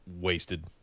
wasted